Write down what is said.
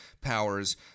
powers